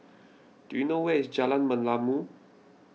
do you know where is Jalan Merlimau